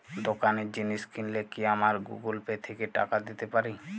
দোকানে জিনিস কিনলে কি আমার গুগল পে থেকে টাকা দিতে পারি?